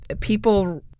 people